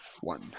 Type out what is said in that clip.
one